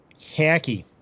Hacky